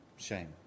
Shame